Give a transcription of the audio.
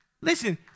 Listen